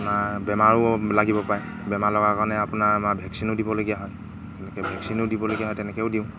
আপোনাৰ বেমাৰো লাগিব পাৰে বেমাৰ লগা কাৰণে আপোনাৰ আমাৰ ভেকচিনো দিবলগীয়া হয় এনেকৈ ভেকচিনো দিবলগীয়া হয় তেনেকৈও দিওঁ